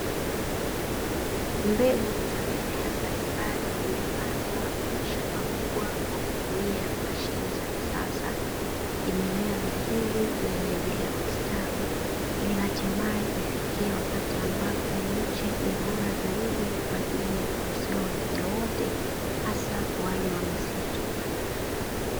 Mbegu za mimea mbalimbali imepandwa kwenye shamba kubwa kwa kutumia mashine za kisasa, imemea vizuri na inaendelea kustawi ili hatimaye ifikie wakati ambapo miche ni bora zaidi kwa ajili ya kuuzia wateja wote asa wale wa misitu.